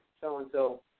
so-and-so